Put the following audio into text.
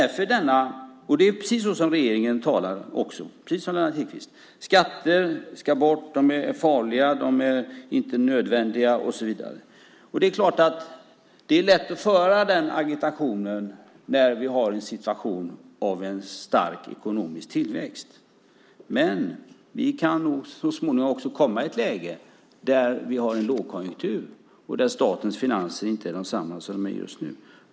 Regeringen talar också precis som Lennart Hedquist. Skatter ska bort. De är farliga, de är inte nödvändiga och så vidare. Det är lätt att föra den agitationen när vi har en stark ekonomisk tillväxt. Men vi kan så småningom komma i ett läge där vi har en lågkonjunktur och där statens finanser inte är desamma som just nu.